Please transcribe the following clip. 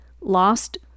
lost